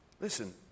Listen